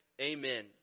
amen